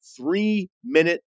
three-minute